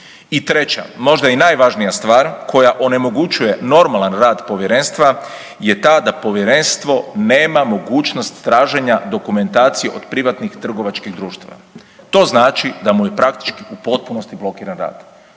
Treća, možda i najvažnija stvar, koja onemogućuje normalan rad Povjerenstva je ta da Povjerenstvo nema mogućnost traženja dokumentacije od privatnih trgovačkih društava. To znači da mu je praktički u potpunosti blokiran rad.